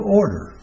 order